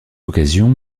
occasion